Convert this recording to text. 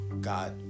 God